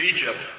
Egypt